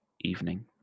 evening